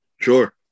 Sure